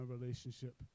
relationship